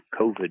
COVID